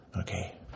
okay